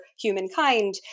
humankind